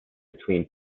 between